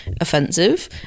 offensive